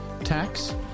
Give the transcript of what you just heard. tax